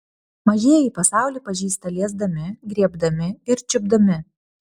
mažieji pasaulį pažįsta liesdami griebdami ir čiupdami